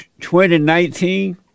2019